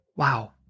Wow